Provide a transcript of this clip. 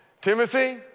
Timothy